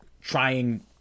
trying